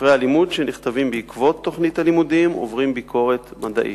ספרי הלימוד שנכתבים בעקבות תוכנית הלימודים עוברים ביקורת מדעית.